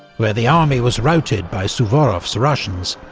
where the army was routed by suvorov's russians,